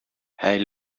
hij